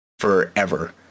forever